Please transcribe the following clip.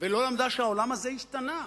ולא למדה שהעולם הזה השתנה.